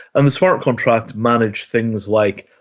and the smart contracts manage things like,